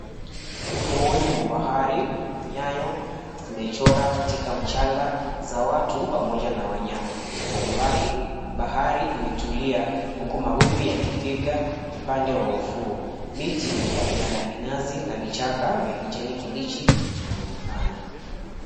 Ufuoni mwa bahari, nyayo zimechora katika mchanga za watu pamoja na wanyama. Kwa umbali bahari imetulia huku mawimbi yakipiga upande wa ufuo. Miti aina ya minazi na vichaka vya kijani kibichi vinaonekana.